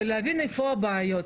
להבין איפה הבעיות,